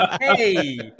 hey